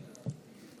פה